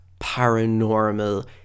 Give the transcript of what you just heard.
paranormal